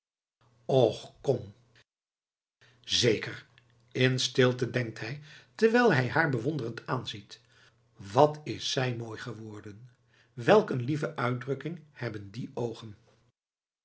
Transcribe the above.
kom zeker in stilte denkt hij terwijl hij haar bewonderend aanziet wat is zij mooi geworden welk een lieve uitdrukking hebben die oogen